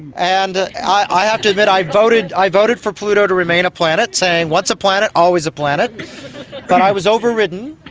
and i have to admit i voted i voted for pluto to remain a planet, saying, once a planet, always a planet but i was overridden,